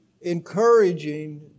encouraging